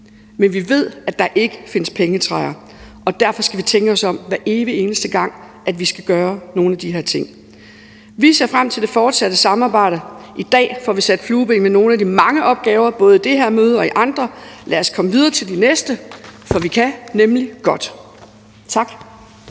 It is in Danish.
Men vi ved, at der ikke findes pengetræer, og derfor skal vi tænke os om, hver evig eneste gang vi skal gøre nogle af de her ting. Vi ser frem til det fortsatte samarbejde. I dag får vi sat flueben ved nogle af de mange opgaver, både i det her møde og i andre møder. Lad os komme videre til de næste, for vi kan nemlig godt. Tak.